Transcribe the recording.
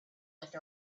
like